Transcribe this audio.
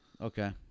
Okay